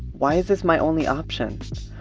why is this my only option?